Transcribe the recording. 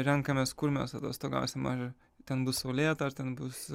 renkamės kur mes atostogausim ar ten bus saulėta ar ten bus